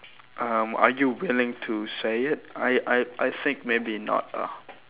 um are you willing to say it I I I think maybe not ah